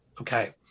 Okay